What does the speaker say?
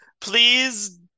Please